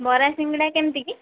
ବରା ସିଙ୍ଗେଡ଼ା କେମିତି କି